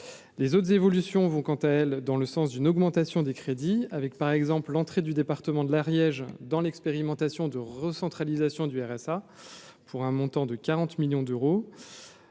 les autres évolutions vont, quant à elle, dans le sens d'une augmentation des crédits avec par exemple l'entrée du département de l'Ariège dans l'expérimentation de recentralisation du RSA pour un montant de 40 millions d'euros